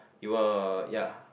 you uh ya